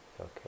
Okay